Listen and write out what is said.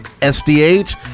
sdh